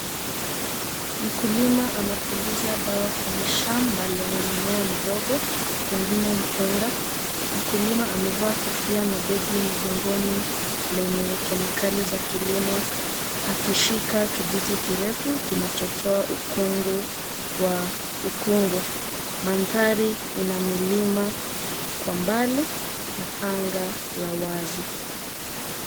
Mkulima anapuliza dawa kwenye shamba lenye mimea midogo pengine mpunga. Mkulima amevaa kofia na begi mgongoni lenye kemikali za kilimo akishika kijiti kirefu kinachotoa ukungu wa ukungu. Mandhari ina milima kwa mbali na anga la wazi.